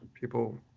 people